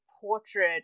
portrait